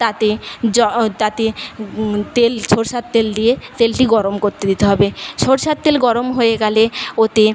তাতে তাতে তেল সরষের তেল দিয়ে তেলটি গরম করতে দিতে হবে সরষের তেল গরম হয়ে গেলে ওতে